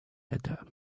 edda